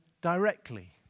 directly